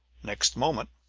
next moment,